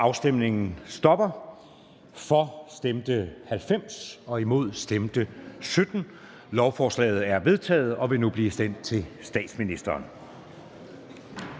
ALT), hverken for eller imod stemte 0. Lovforslaget er vedtaget og vil nu blive sendt til statsministeren.